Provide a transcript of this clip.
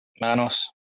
Manos